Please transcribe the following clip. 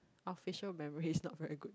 official memories not very good